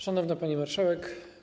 Szanowna Pani Marszałek!